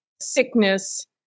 sickness